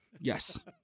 yes